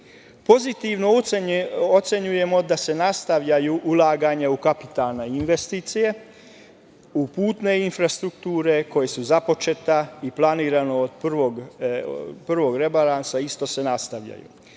BDP.Pozitivno ocenjujemo da se nastavljaju ulaganja u kapitalne investicije. U putne infrastrukture koje su započete i planirane od prvog rebalansa isto se nastavljaju. Svako